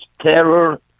Terror